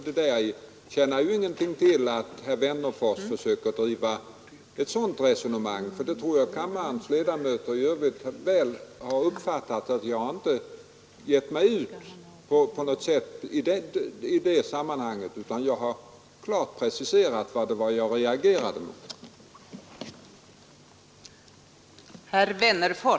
Det tjänar ingenting till att herr Wennerfors försöker driva ett sådant resonemang, för jag tror att kammarens ledamöter i övrigt väl har uppfattat att jag inte har gett mig in på sådant i det sammanhanget, utan jag har klart preciserat vad det var jag reagerade mot.